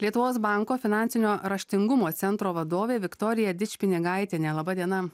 lietuvos banko finansinio raštingumo centro vadovė viktorija dičpinigaitienė laba diena